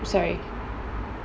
sorry